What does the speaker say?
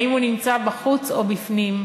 האם הוא נמצא בחוץ או בפנים,